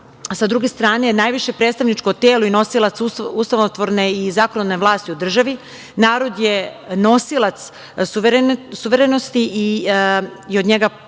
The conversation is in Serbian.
s druge strane, je najviše predstavničko telo i nosilac ustavotvorne i zakonodavne vlasti u državi. Narod je nosilac suverenosti i od njega upravo